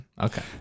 okay